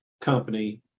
company